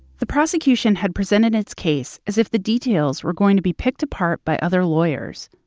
the prosecution had presented its case as if the details were going to be picked apart by other lawyers,